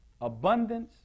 abundance